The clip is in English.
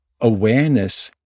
awareness